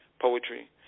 poetry